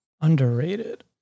Underrated